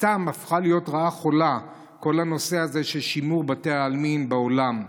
סתם הפך להיות רעה חולה כל הנושא הזה של שימור בתי העלמין בעולם.